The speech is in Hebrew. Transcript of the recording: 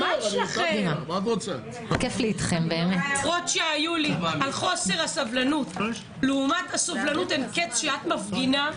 ההערות שהיו לי על חוסר הסבלנות לעומת הסובלנות אין קץ שאת מפגינה,